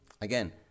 Again